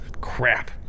Crap